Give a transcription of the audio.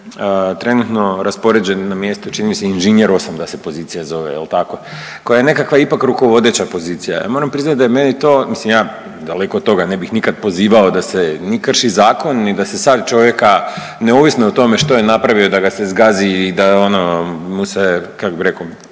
trenutno raspoređen na mjesto čini mi se inženjer osam da se pozicija zove jel tako, koja je nekakva ipak rukovodeća pozicija. Ja moram priznat da je meni to mislim ja daleko od toga ne bih nikad pozivao da se ni krši zakon ni da se sad čovjeka neovisno o tome što je napravio da ga se zgazi i da je ono mu se kak bi rekao,